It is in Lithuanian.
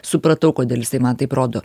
supratau kodėl jisai man taip rodo